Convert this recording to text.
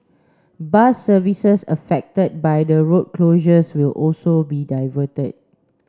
bus services affected by the road closures will also be diverted